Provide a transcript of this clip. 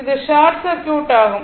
இது short circuit ஆகும்